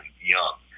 young